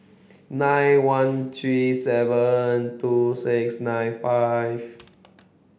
nine one three seven two six nine five